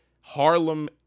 harlem